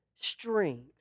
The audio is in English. strength